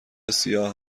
سیاه